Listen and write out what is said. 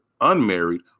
unmarried